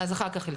אסנת.